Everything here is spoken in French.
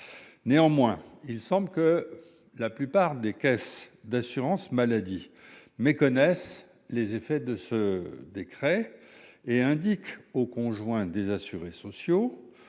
pacsée. Il semble que la plupart des caisses d'assurance maladie méconnaissent les effets de ce décret et indiquent aux conjoints des assurés sociaux,